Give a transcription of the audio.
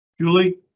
Julie